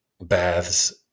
baths